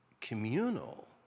communal